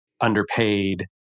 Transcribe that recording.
underpaid